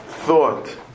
thought